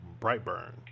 Brightburn